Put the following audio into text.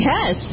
Yes